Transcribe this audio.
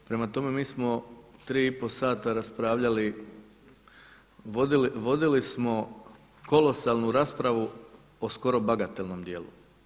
Prema tome, mi smo tri i po sata raspravljali, vodili smo kolosalnu raspravu o skoro bagatelnom dijelu.